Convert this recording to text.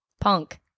punk